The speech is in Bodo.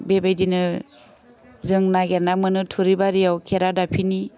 बेबायदिनो जों नागिरना मोनो थुरि बारियाव खेरा दाफिनि